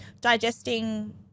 digesting